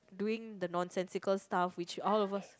doing the nonsensical stuff which is all of us